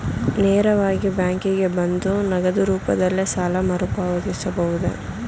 ನೇರವಾಗಿ ಬ್ಯಾಂಕಿಗೆ ಬಂದು ನಗದು ರೂಪದಲ್ಲೇ ಸಾಲ ಮರುಪಾವತಿಸಬಹುದೇ?